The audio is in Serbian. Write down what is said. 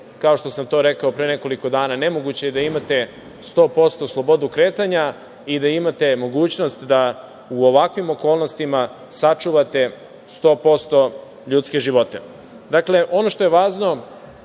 kao što sam to rekao pre nekoliko dana, nemoguće je da imate 100% slobodu kretanja i da imate mogućnost da u ovakvim okolnostima sačuvate 100% ljudske živote. Ono što je važno